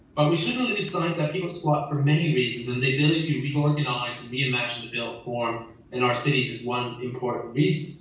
but we shouldn't really decide that people squat for many reasons and the buildings you've reorganized and reimagined built form in our cities is one important reason.